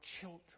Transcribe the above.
children